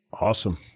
Awesome